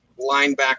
linebacker